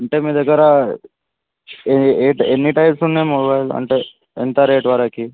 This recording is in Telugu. అంటే మీ దగ్గర ఏ ఏ టైప్ ఎన్ని టైప్స్ ఉన్నాయి మొబైల్ అంటే ఎంత రేట్ వరకు